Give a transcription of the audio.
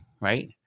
Right